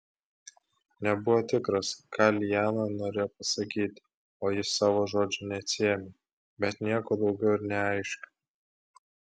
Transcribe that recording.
nebuvo tikras ką liana norėjo pasakyti o ji savo žodžių neatsiėmė bet nieko daugiau ir neaiškino